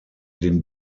den